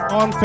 on